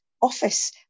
office